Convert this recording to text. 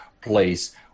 place